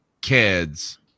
kids